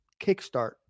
kickstart